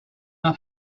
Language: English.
not